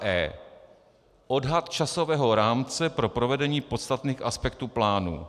e) odhad časového rámce pro provedení podstatných aspektů plánu,